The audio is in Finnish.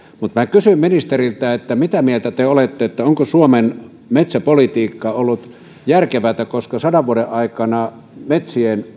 mutta minä kysyn ministeriltä mitä mieltä te olette onko suomen metsäpolitiikka ollut järkevää sadan vuoden aikana metsien